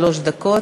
שלוש דקות.